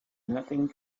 nothing